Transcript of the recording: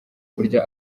kurya